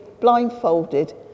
blindfolded